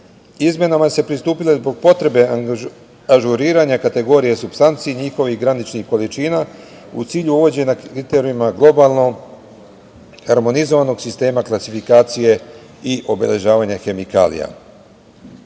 se pristupilo zbog potrebe ažuriranja kategorije supstanci i njihovih graničnim količina, u cilju uvođenja kriterijuma globalnog harmonizovanog sistema klasifikacije i obeležavanja hemikalija. Kako